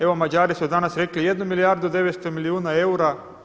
Evo Mađari su danas rekli jednu milijardu i 900 milijuna eura.